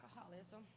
alcoholism